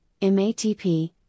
MATP